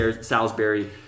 Salisbury